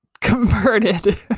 converted